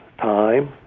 time